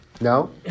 No